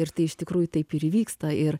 ir tai iš tikrųjų taip ir įvyksta ir